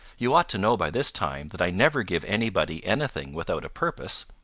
you ought to know by this time that i never give anybody anything without a purpose.